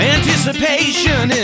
Anticipation